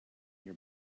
your